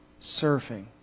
surfing